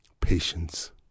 patience